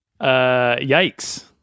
Yikes